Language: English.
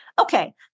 Okay